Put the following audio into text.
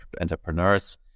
entrepreneurs